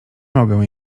mogę